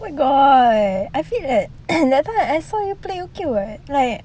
where got I feel that level that time I saw you play okay [what]